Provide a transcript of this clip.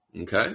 Okay